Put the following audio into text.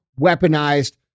weaponized